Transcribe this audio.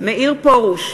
מאיר פרוש,